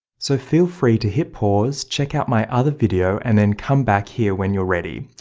so feel free to hit pause, check out my other video, and then come back here when you're ready.